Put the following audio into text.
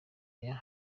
oya